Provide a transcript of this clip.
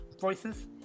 voices